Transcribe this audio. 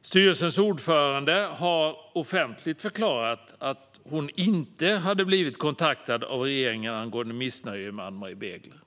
Styrelsens ordförande har offentligt förklarat att hon inte hade blivit kontaktad av regeringen angående missnöje med Ann-Marie Begler.